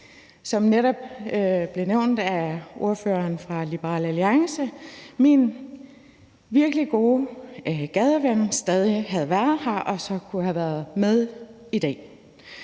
som netop blev nævnt af ordføreren fra Liberal Alliance, min virkelig gode gadeven, stadig havde været her og kunne have været med i dag.